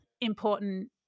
important